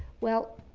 well,